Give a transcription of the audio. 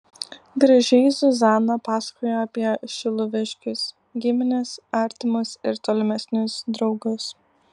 gražiai zuzana pasakojo apie šiluviškius gimines artimus ir tolimesnius draugus